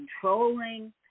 controlling